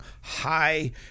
high